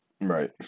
Right